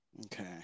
Okay